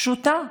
פשוטה.